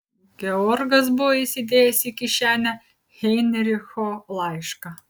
georgas buvo įsidėjęs į kišenę heinricho laišką